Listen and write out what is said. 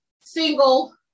single